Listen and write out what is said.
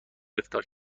افطار